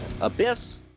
Abyss